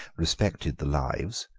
respected the lives,